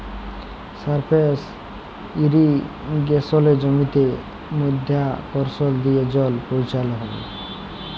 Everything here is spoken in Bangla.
সারফেস ইরিগেসলে জমিতে মধ্যাকরসল দিয়ে জল পৌঁছাল হ্যয়